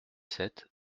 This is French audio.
sept